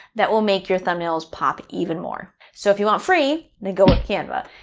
that will make your thumbnails pop even more. so if you want free, then go with canva.